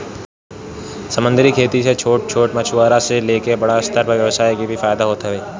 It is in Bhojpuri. समंदरी खेती से छोट छोट मछुआरा से लेके बड़ स्तर के व्यवसाय के भी फायदा होत हवे